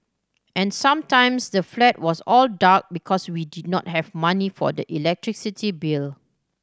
and sometimes the flat was all dark because we did not have money for the electricity bill